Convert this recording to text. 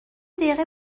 دقیقه